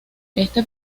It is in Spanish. este